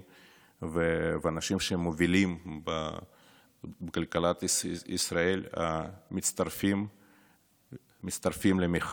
ואנשים שמובילים בכלכלת ישראל מצטרפים למחאה